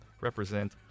represent